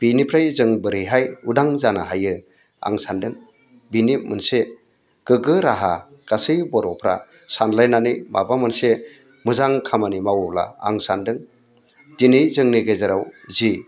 बेनिफ्राय जों बोरैहाय उदां जानो हायो आं सान्दों बिनि मोनसे गोग्गो राहा गासै बर'फ्रा सानलायनानै माबा मोनसे मोजां खामानि मावोब्ला आं सान्दों दिनै जोंनि गेजेराव जि